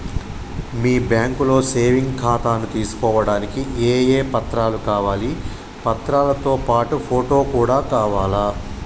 మీ బ్యాంకులో సేవింగ్ ఖాతాను తీసుకోవడానికి ఏ ఏ పత్రాలు కావాలి పత్రాలతో పాటు ఫోటో కూడా కావాలా?